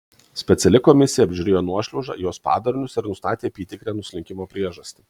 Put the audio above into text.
speciali komisija apžiūrėjo nuošliaužą jos padarinius ir nustatė apytikrę nuslinkimo priežastį